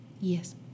Yes